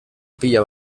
pila